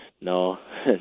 no